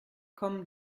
kommen